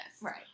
right